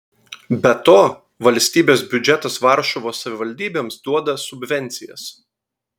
be to valstybės biudžetas varšuvos savivaldybėms duoda subvencijas